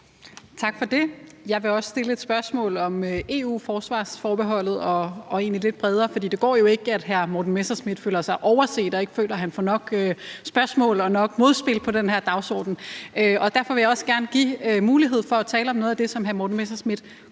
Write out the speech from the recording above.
Tak for det. Jeg vil også stille et spørgsmål om EU-forsvarsforbeholdet og egentlig også gøre det lidt bredere, for det går jo ikke, at hr. Morten Messerschmidt føler sig overset og ikke føler, at han får nok spørgsmål og nok modspil i forbindelse med den her dagsorden. Derfor vil jeg også gerne give mulighed for at tale om noget af det, som hr. Morten Messerschmidt godt